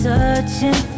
Searching